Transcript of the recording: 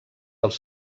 als